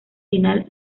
final